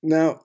Now